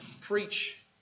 preach